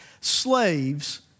slaves